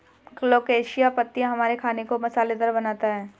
colocasia पत्तियां हमारे खाने को मसालेदार बनाता है